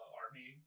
army